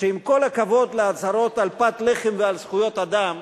שעם כל הכבוד להצהרות על פת לחם ועל זכויות אדם,